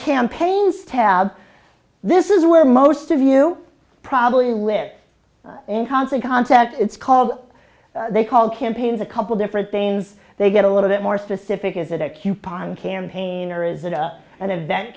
campaigns tab this is where most of you probably live in constant contact it's called they called campaigns a couple different things they get a little bit more specific is it a coupon campaign or is it up an event